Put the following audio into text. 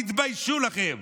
תתביישו לכם.